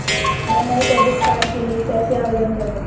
मैं नए debit card के लिए कैसे आवेदन करूं?